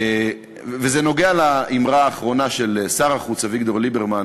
זה נוגע לאמרה האחרונה של שר החוץ אביגדור ליברמן.